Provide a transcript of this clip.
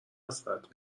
حسرت